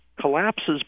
collapses